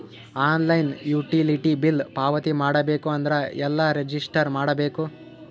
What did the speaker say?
Online utility bill ಪಾವತಿ ಮಾಡಬೇಕು ಅಂದ್ರ ಎಲ್ಲ ರಜಿಸ್ಟರ್ ಮಾಡ್ಬೇಕು?